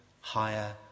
higher